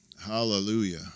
Hallelujah